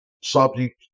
subject